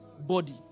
body